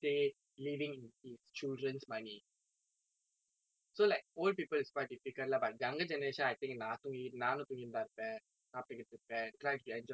so like old people is quite difficult lah but younger generation I think நான் தூங்கிட்டு நானும் தூங்கிட்டு தான் இருக்கிறேன் சாப்பிட்டு இருக்கிறேன்:naan thungittu naanum thungittu thaan irukkiren sappittu irukkiren try to enjoy you know I enjoy enjoy so that's all lah but